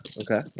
Okay